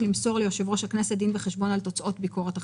למסור ליושב-ראש הכנסת דין וחשבון על תוצאות ביקורת החשבונות.